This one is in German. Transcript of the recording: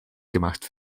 gemacht